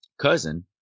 cousin